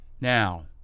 Now